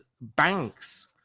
banks